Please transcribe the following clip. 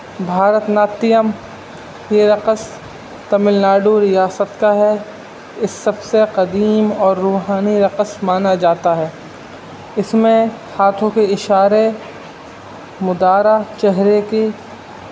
بھارت ناٹیم یہ رقص تمل ناڈو ریاست کا ہے اس سب سے قدیم اور روحانی رقص مانا جاتا ہے اس میں ہاتھوں کے اشارے مدارہ چہرے کی